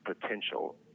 potential